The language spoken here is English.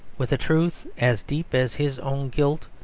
with a truth as deep as his own guilt,